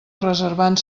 reservant